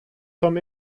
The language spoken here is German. vom